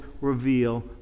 reveal